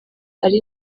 ari